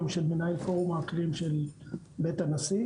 גם של מנהל פורום האקלים של בית הנשיא